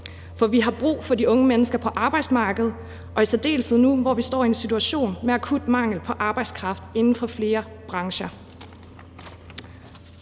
for vi har brug for de unge mennesker på arbejdsmarkedet og i særdeleshed nu, hvor vi står med en akut mangel på arbejdskraft inden for flere brancher.